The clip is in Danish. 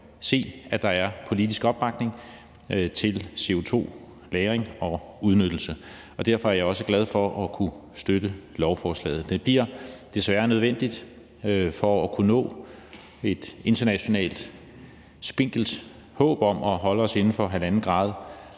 at der er politisk opbakning til CO2-lagring og -udnyttelse, og derfor er jeg også glad for at kunne støtte lovforslaget. Det bliver desværre nødvendigt for at kunne nå et internationalt spinkelt håb om at holde os inden for 1,5 grader